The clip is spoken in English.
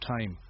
time